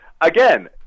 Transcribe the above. again –